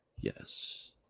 Yes